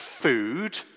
food